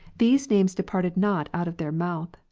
these names departed not out of their mouth,